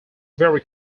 very